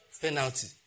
penalty